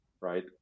Right